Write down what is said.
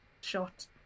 shot